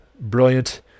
brilliant